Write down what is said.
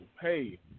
Hey